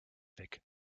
weg